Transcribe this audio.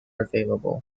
available